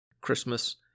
Christmas